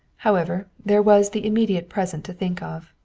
however, there was the immediate present to think of,